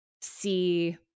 see